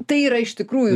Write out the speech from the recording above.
tai yra iš tikrųjų